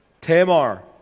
Tamar